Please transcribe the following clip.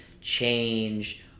change